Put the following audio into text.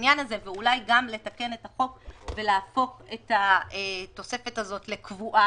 בעניין הזה ואולי גם לתקן את החוק ולהפוך את התוספת הזאת לקבועה,